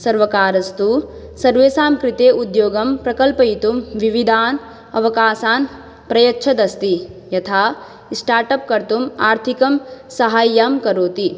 सर्वकारस्तु सर्वेषां कृते उद्योगं प्रकल्पयितुं विविधान् अवकाशान् प्रयच्छन् अस्ति यथा स्टार्टप् कर्तुम् आर्थिकसहायं करोति